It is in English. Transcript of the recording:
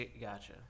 gotcha